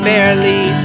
Barely